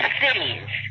cities